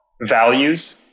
values